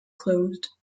closed